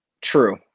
True